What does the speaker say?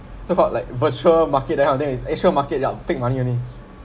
so called like virtual market yeah them is actual market yup fake money only